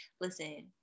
listen